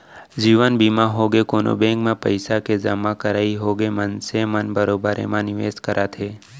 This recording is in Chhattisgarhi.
जीवन बीमा होगे, कोनो बेंक म पइसा के जमा करई होगे मनसे मन बरोबर एमा निवेस करत हे